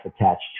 attached